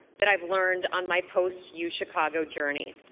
that i've learned on my post-u chicago journey.